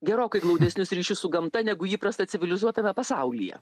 gerokai glaudesnius ryšius su gamta negu įprasta civilizuotame pasaulyje